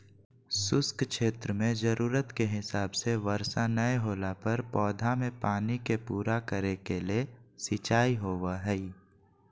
शुष्क क्षेत्र मेंजरूरत के हिसाब से वर्षा नय होला पर पौधा मे पानी के पूरा करे के ले सिंचाई होव हई